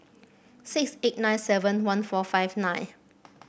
six eight nine seven one four five nine